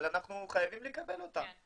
אבל אנחנו חייבים לקבל אותן.